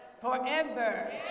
forever